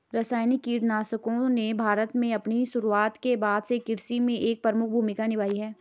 रासायनिक कीटनाशकों ने भारत में अपनी शुरूआत के बाद से कृषि में एक प्रमुख भूमिका निभाई है